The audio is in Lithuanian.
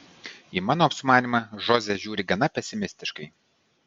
į mano sumanymą žoze žiūri gana pesimistiškai